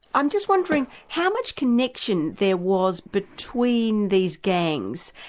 i'm just wondering, how much connection there was between these gangs,